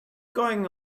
going